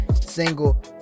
single